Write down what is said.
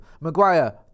Maguire